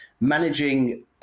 managing